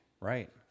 Right